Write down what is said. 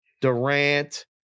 Durant